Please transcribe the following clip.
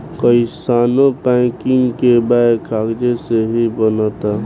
कइसानो पैकिंग के बैग कागजे से ही बनता